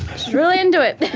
she's really into it.